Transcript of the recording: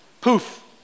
Poof